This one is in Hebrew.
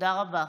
תודה רבה.